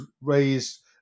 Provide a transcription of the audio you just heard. raised